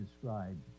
described